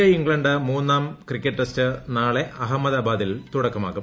ഇന്തൃ England മൂന്നാം cricket ടെസ്റ്റിന് നാളെ അഹമ്മദാബാദിൽ തുടക്കമാകും